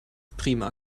prima